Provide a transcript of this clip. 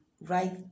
right